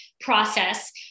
process